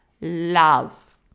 love